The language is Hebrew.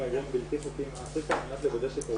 (תרגום חופשי מאנגלית)